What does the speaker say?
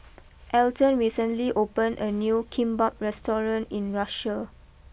Elton recently opened a new Kimbap restaurant in Russia